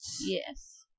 yes